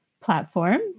platform